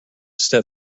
step